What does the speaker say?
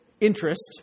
interest